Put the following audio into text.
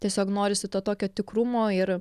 tiesiog norisi to tokio tikrumo ir